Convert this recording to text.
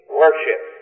worship